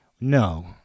No